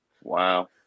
wow